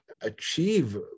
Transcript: achieve